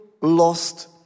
lost